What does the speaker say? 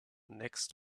next